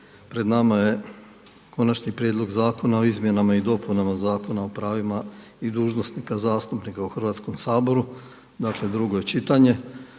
Pred nama je Konačni prijedlog zakona o Izmjenama i dopunama zakona o pravima i dužnosnika zastupnika u Hrvatskom saboru, dakle drugo je čitanje.